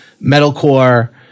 metalcore